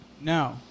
No